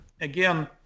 again